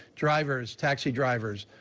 drivers, taxi drivers.